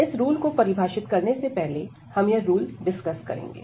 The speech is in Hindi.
इस रूल को परिभाषित करने से पहले हम यह रूल डिसकस करेंगे